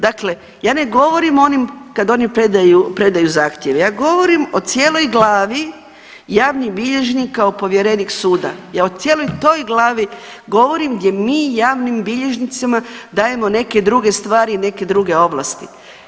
Dakle, ja ne govorim o onim kad oni predaju zahtjeve, ja govorim o cijeloj glavi javnih bilježnika kao povjerenik suda, ja o cijeloj toj glavi govorim gdje mi javnim bilježnicima dajemo neke druge stvari i neke druge ovlasti.